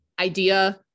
idea